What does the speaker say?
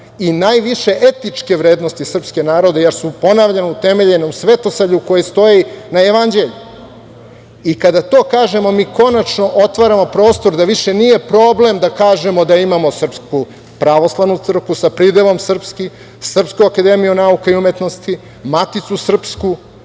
i najviše etičke vrednosti srpskog naroda jer su, ponavljam, utemeljene u svetosavlju koji stoji na Jevanđelju. Kada to kažemo, mi konačno otvaramo prostor da više nije problem da kažemo da imamo Srpsku pravoslavnu crkvu, sa pridevom "srpski", Srpsku akademiju nauka i umetnosti, Maticu srpsku,